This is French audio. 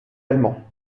allemands